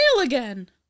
again